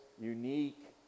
unique